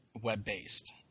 web-based